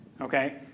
Okay